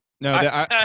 No